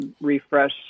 Refresh